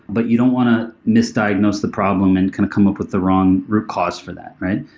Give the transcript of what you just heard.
but you don't want to misdiagnose the problem and kind of come up with the wrong root cause for that, right?